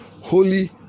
Holy